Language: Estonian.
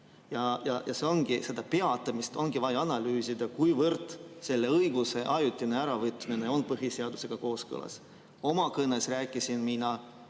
peatamist. Seda peatamist ongi vaja analüüsida, kuivõrd selle õiguse ajutine äravõtmine on põhiseadusega kooskõlas. Oma kõnes rääkisin ma